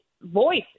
voice